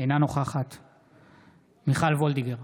אינו נוכח מיכל וולדיגר,